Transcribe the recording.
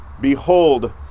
Behold